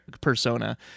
persona